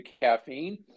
caffeine